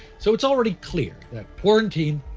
so, it's already clear that quarantine,